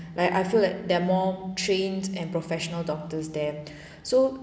like I feel like they're more trained and professional doctors there so